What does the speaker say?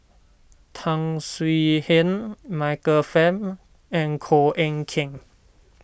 Tan Swie Hian Michael Fam and Koh Eng Kian